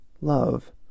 love